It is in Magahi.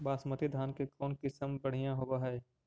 बासमती धान के कौन किसम बँढ़िया होब है?